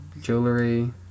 Jewelry